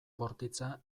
bortitza